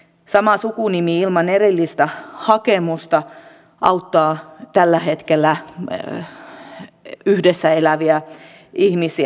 sama sukunimi ilman erillistä hakemusta auttaa tällä hetkellä yhdessä eläviä ihmisiä